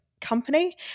Company